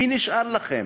מי נשאר לכם?